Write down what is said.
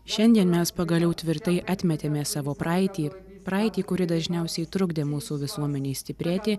šiandien mes pagaliau tvirtai atmetėme savo praeitį praeitį kuri dažniausiai trukdė mūsų visuomenei stiprėti